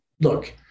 look